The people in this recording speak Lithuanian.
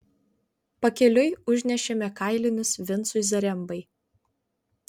pakeliui užnešėme kailinius vincui zarembai